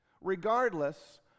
Regardless